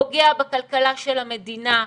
פוגע בכלכלה של המדינה,